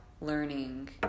learning